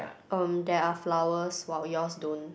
um there are flowers while yours don't